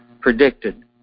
predicted